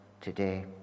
today